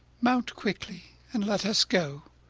mount quickly and let us go.